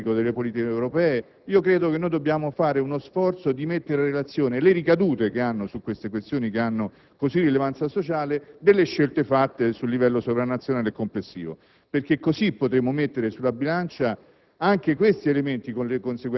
della questione del modello energetico e delle politiche europee. Credo che dobbiamo compiere lo sforzo di mettere in relazione le ricadute che si hanno su queste questioni che hanno così rilevanza sociale con le scelte operate a livello sovranazionale complessivo, perché così potremo mettere sulla bilancia